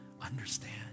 understand